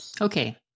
Okay